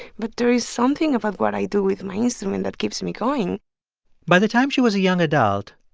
but there is something about what i do with my instrument that keeps me going by the time she was a young adult,